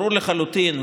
ברור לחלוטין,